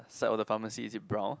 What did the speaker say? side of the pharmacy is it brown